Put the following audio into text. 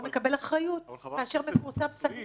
לא מקבל אחריות כאשר מפורסם פסק דין.